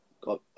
got